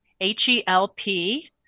H-E-L-P